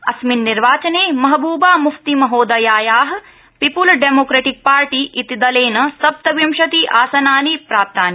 अस्मिन् निर्वाचने महबूबा मुफ्ती महोदयाया पीप्ल्स डेमोक्रेटिक पार्टी इति दलेन सप्तविंशति आसनानि प्राप्तानि